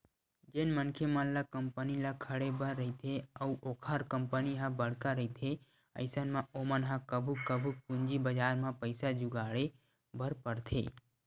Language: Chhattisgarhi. जेन मनखे मन ल कंपनी ल खड़े बर रहिथे अउ ओखर कंपनी ह बड़का रहिथे अइसन म ओमन ह कभू कभू पूंजी बजार म पइसा जुगाड़े बर परथे